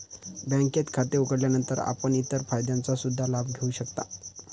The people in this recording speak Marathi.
बँकेत खाते उघडल्यानंतर आपण इतर फायद्यांचा सुद्धा लाभ घेऊ शकता